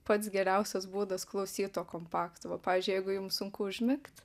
pats geriausias būdas klausyt to kompakto va pavyzdžiui jeigu jum sunku užmigt